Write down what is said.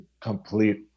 complete